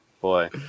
boy